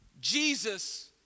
Jesus